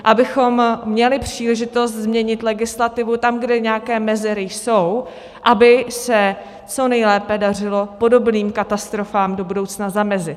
Abychom měli příležitost změnit legislativu tam, kde nějaké mezery jsou, aby se co nejlépe dařilo podobným katastrofám do budoucna zamezit.